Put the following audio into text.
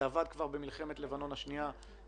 זה כבר עבד במלחמת לבנון השנייה,